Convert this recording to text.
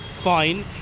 fine